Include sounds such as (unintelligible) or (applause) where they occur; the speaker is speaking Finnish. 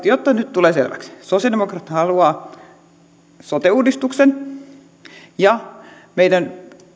(unintelligible) jotta nyt tulee selväksi sosiaalidemokraatit haluaa sote uudistuksen meidän